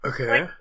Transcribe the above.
Okay